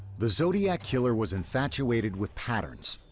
the zodiac killer was infatuated with patterns.